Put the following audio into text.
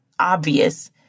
obvious